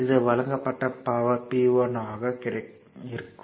இது வழங்கப்பட்ட power P1 ஆகும்